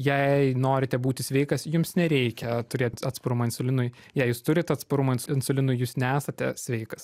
jei norite būti sveikas jums nereikia turėti atsparumą insulinui jei jūs turit atsparumą ins insulinui jūs nesate sveikas